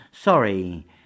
Sorry